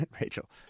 Rachel